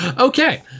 Okay